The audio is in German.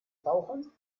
tauchen